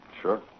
Sure